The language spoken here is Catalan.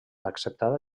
acceptada